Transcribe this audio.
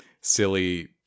silly